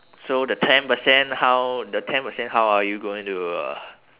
so the ten percent how the ten percent how are you going to uh